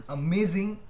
amazing